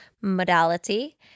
modality